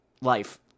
life